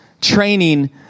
training